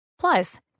Plus